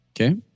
Okay